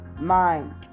mind